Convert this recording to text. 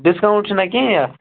discount چھُنا کِہیٖنٛۍ اَتھ